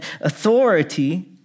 authority